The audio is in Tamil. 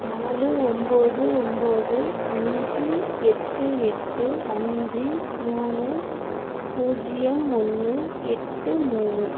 நாலு ஒம்பது ஒம்பது அஞ்சு எட்டு எட்டு அஞ்சு மூணு பூஜ்ஜியம் ஒன்று எட்டு மூணு